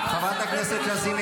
--- חברת הכנסת לזימי,